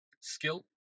skill